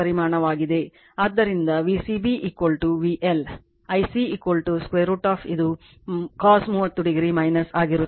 ಆದ್ದರಿಂದ V c b VL Ic √ ಇದು cos 30o ಆಗಿರುತ್ತದೆ